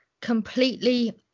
completely